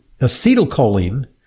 acetylcholine